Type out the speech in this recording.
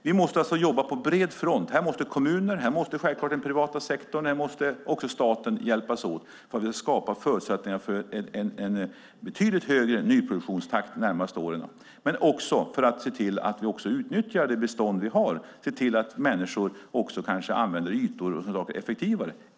Vi måste alltså jobba på bred front. Här måste kommuner, självklart den privata sektorn och också staten hjälpas åt att skapa förutsättningar för en betydligt högre nyproduktionstakt de närmaste åren. Men vi måste också se till att vi utnyttjar det bestånd vi har och att människor använder ytor effektivare.